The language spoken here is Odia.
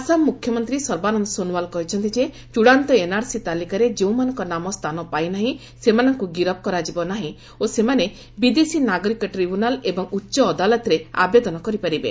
ଆସାମ ମୁଖ୍ୟମନ୍ତ୍ରୀ ସର୍ବାନନ୍ଦ ସୋନୋୱାଲ୍ କହିଛନ୍ତି ଚୂଡାନ୍ତ ଏନ୍ଆର୍ସି ତାଲିକାରେ ଯେଉଁମାନଙ୍କ ନାମ ସ୍ଥାନ ପାଇନାହିଁ ସେମାନଙ୍କୁ ଗିରଫ କରାଯିବ ନାହିଁ ଓ ସେମାନେ ବିଦେଶୀ ନାଗରିକ ଟ୍ରିବ୍ୟୁନାଲ ଏବଂ ଉଚ୍ଚ ଅଦାଲତରେ ଆବେଦନ କରିପାରିବେ